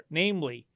namely